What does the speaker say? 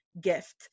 gift